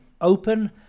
Open